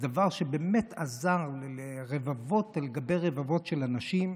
זה דבר שבאמת עזר לרבבות על גבי רבבות של אנשים,